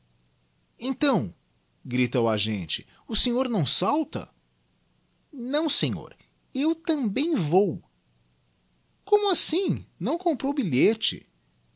então grita o agente o senhor não salta não senhor eu também vou como assim não comprou bilhete